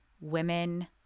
women